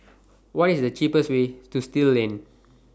What IS The cheapest Way to Still Lane